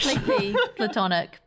platonic